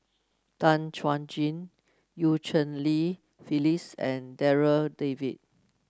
Tan Chuan Jin Eu Cheng Li Phyllis and Darryl David